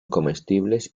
comestibles